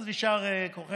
אז יישר כוחנו.